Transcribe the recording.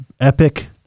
epic